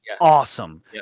awesome